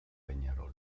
peñarol